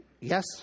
Yes